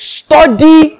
study